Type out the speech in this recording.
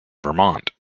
vermont